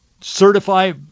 certify